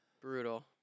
Brutal